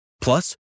Plus